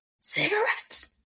Cigarettes